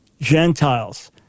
Gentiles